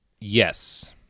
Yes